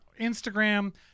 instagram